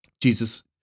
Jesus